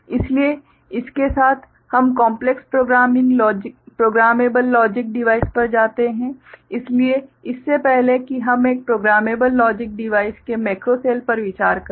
इसलिए इसके साथ हम कॉम्प्लेक्स प्रोग्रामेबल लॉजिक डिवाइस पर जाते हैं इसलिए इससे पहले कि हम एक प्रोग्रामेबल लॉजिक डिवाइस के मैक्रो सेल पर विचार करें